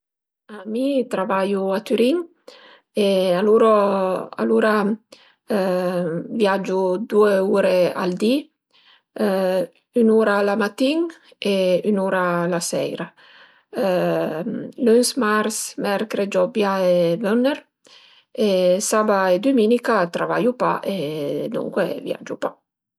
Mi travaiu a Türin e aluro alura viagiu due ure al di, ün'ura la matin e ün'ura la seira lüns, mars, mercre, giobia e vëner e saba e düminica travaiu pa e duncue viagiu pa